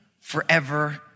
forever